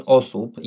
osób